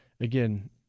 again